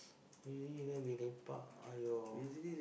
really where we lepak !aiyo!